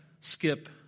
skip